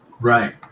Right